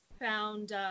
found